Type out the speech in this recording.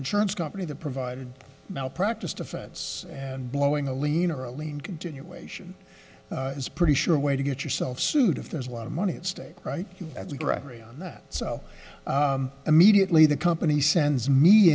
insurance company that provided malpractise defense and blowing a lean or a lien continuation is pretty sure way to get yourself sued if there's a lot of money at stake right at the directory on that so immediately the company sends me